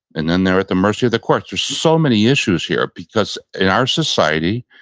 and then they're at the mercy of the courts. there's so many issues here because in our society,